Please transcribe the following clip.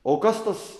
o kas tas